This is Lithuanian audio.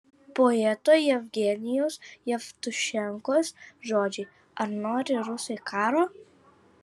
poeto jevgenijaus jevtušenkos žodžiai ar nori rusai karo